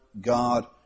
God